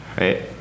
right